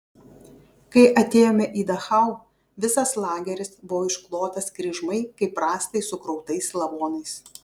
kai atėjome į dachau visas lageris buvo išklotas kryžmai kaip rąstai sukrautais lavonais